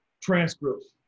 transcripts